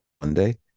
Monday